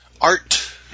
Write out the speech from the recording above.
art